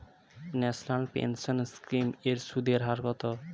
National pension scheme এর সুদের হার কত?